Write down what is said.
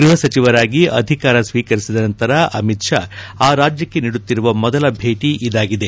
ಗೃಹ ಸಚಿವರಾಗಿ ಅಧಿಕಾರ ಸ್ವೀಕರಿಸಿದ ನಂತರ ಅಮಿತ್ ಶಾ ಆ ರಾಜ್ಯಕ್ಕೆ ನೀಡುತ್ತಿರುವ ಮೊದಲ ಭೇಟ ಇದಾಗಿದೆ